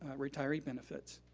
retiree benefits.